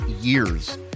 years